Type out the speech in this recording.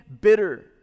bitter